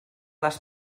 les